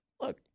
look